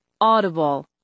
Audible